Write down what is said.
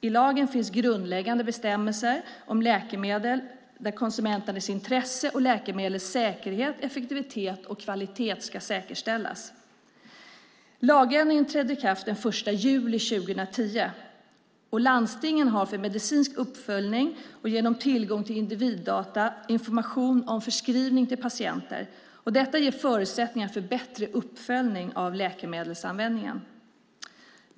I lagen finns grundläggande bestämmelser om läkemedel där konsumenternas intresse och läkemedels säkerhet, effektivitet och kvalitet ska säkerställas. Lagändringen trädde i kraft den 1 juli 2010. Landstingen har för medicinsk uppföljning och genom tillgång till individdata information om förskrivning till patienter. Detta ger förutsättningar för bättre uppföljning av läkemedelsanvändningen.